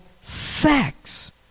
sex